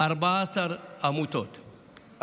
14 עמותות.